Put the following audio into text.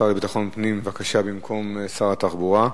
השר לביטחון פנים, בבקשה, במקום שר התחבורה.